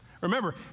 Remember